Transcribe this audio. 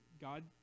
God